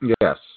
Yes